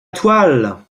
toile